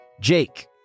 Jake